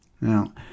Now